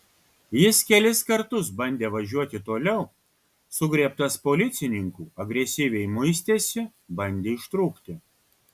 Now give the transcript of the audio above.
jis kelis kartus bandė važiuoti toliau sugriebtas policininkų agresyviai muistėsi bandė ištrūkti